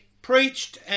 Preached